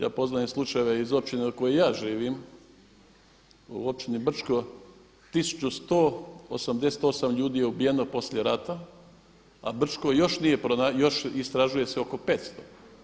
Ja poznajem slučajeve iz općine u kojoj ja živim, u općini Brčko, 1188 ljudi je ubijeno poslije rata a Brčko još nije pronađeno, još istražuje se oko 500.